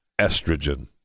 estrogen